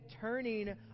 turning